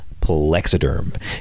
plexiderm